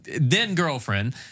then-girlfriend